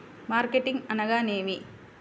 Marketing అనగానేమి?